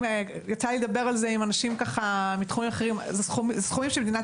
יצא לי לדבר על זה עם אנשים מתחומים אחרים אלה סכומים שמדינת